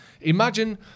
Imagine